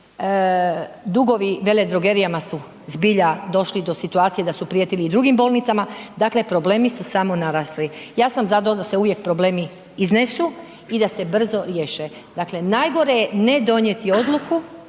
dugovi veledrogerijama su zbilja došli do situacija da su prijetili i drugim bolnicama, dakle problemi su samo narasli. Ja sam za to da se uvijek problemi iznesu i da se brzo riješe. Dakle, najgore je ne donijeti odluku,